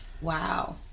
Wow